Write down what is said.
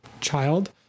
child